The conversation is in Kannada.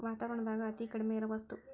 ವಾತಾವರಣದಾಗ ಅತೇ ಕಡಮಿ ಇರು ವಸ್ತು